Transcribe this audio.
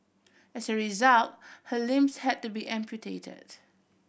as a result her limbs had to be amputated